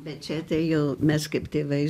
mečetėj jau mes kaip tėvai